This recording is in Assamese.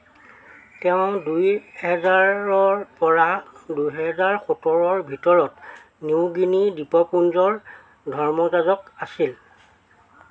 তেওঁ দুই হেজাৰৰপৰা দুহেজাৰ সোতৰৰ ভিতৰত নিউ গিনি দ্বীপপুঞ্জৰ ধৰ্মযাজক আছিল